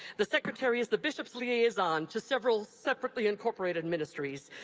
the secretary is the bishop's liaison to several separately incorporated ministries.